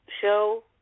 show